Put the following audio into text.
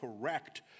correct